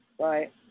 right